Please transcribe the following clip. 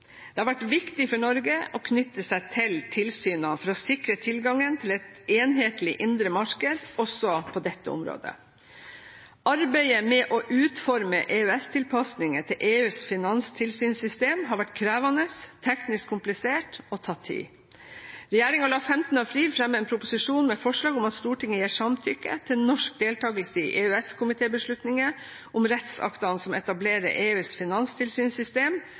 Det har vært viktig for Norge å knytte seg til tilsynene for å sikre tilgangen til et enhetlig indre marked også på dette området. Arbeidet med å utforme EØS-tilpasninger til EUs finanstilsynssystem har vært krevende, teknisk komplisert og tatt tid. Regjeringen la 15. april fram en proposisjon med forslag om at Stortinget gir samtykke til norsk deltakelse i EØS-komitébeslutninger om rettsaktene som etablerer EUs finanstilsynssystem,